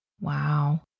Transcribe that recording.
Wow